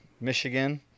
Michigan